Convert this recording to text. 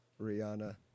Rihanna